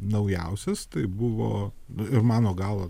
naujausias tai buvo ir mano galva